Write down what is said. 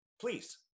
Please